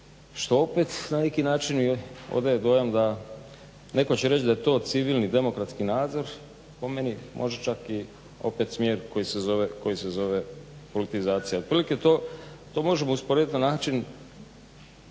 što opet na neki način odaje dojam da, netko će reći da je to civilni, demokratski nadzor, po meni možda čak i opet smjer koji se zove politizacija. Otprilike to možemo usporediti na način